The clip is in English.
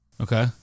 Okay